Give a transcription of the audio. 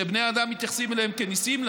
שבני אדם מתייחסים אליהם כאל ניסים,